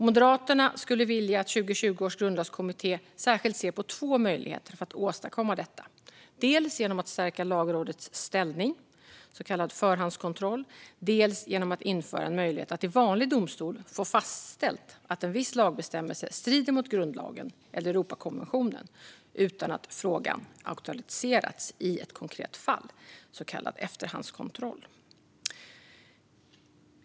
Moderaterna skulle vilja att 2020 års grundlagskommitté särskilt ser på två möjligheter för att åstadkomma detta: dels genom att stärka Lagrådets ställning, så kallad förhandskontroll, dels genom att införa en möjlighet att i vanlig domstol få fastställt att en viss lagbestämmelse strider mot grundlagen eller Europakonventionen utan att frågan aktualiserats i ett konkret fall, så kallad efterhandskontroll.